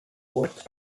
what